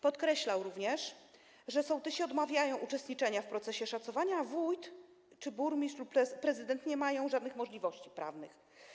Podkreślał również, że sołtysi odmawiają uczestniczenia w procesie szacowania, a wójt czy burmistrz lub prezydent nie mają żadnych możliwości prawnych.